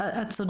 את צודקת.